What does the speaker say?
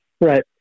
Right